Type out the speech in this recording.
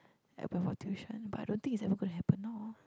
I went for tuition but I don't think it's ever gonna happen now